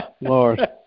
Lord